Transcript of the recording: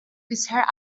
bisher